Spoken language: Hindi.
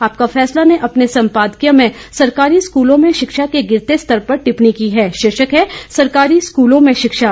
आपका फैसला ने अपने संपादकीय में सरकारी स्कूलों में शिक्षा के गिरते स्तर पर टिप्पणी की है शीर्षक है सरकारी स्कूलों में शिक्षा